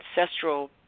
ancestral